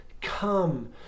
come